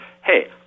hey